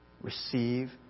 Receive